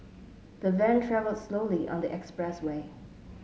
the van travelled slowly on the expressway